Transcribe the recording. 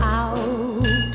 out